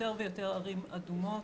יותר ויותר ערים אדומות.